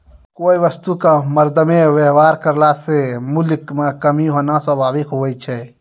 कोय वस्तु क मरदमे वेवहार करला से मूल्य म कमी होना स्वाभाविक हुवै छै